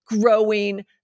growing